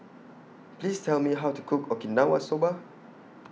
Please Tell Me How to Cook Okinawa Soba